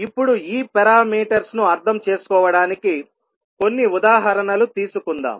ఇప్పుడు ఈ పారామీటర్స్ ను అర్థం చేసుకోవడానికి కొన్ని ఉదాహరణలు తీసుకుందాం